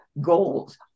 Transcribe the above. goals